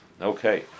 okay